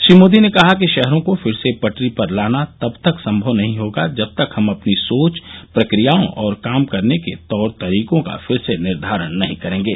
श्री मोदी ने कहा कि शहरों को फिर से पटरी पर लाना तब तक संभव नहीं होगा जब तक हम अपनी सोच प्रक्रियाओं और काम करने के तौर तरीकों का फिर से निर्धारण नहीं करेंगे